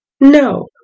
no